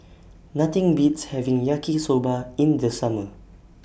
Nothing Beats having Yaki Soba in The Summer